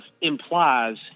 implies